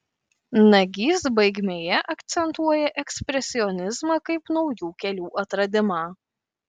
nagys baigmėje akcentuoja ekspresionizmą kaip naujų kelių atradimą